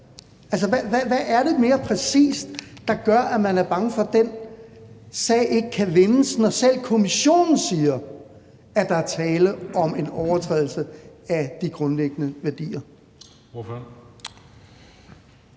Hvad er det mere præcis, der gør, at man er bange for, at den sag ikke kan vindes, når selv Kommissionen siger, at der er tale om en overtrædelse af de grundlæggende værdier?